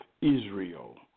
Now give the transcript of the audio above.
israel